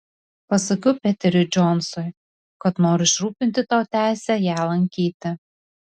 pasakiau peteriui džonsui kad noriu išrūpinti tau teisę ją lankyti